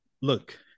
look